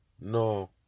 No